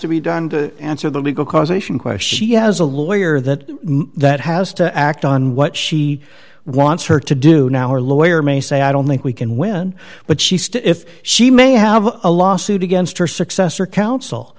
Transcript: to be done to answer the legal causation question he has a lawyer that that has to act on what she wants her to do now her lawyer may say i don't think we can win but she stood if she may have a lawsuit against her successor council